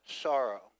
sorrow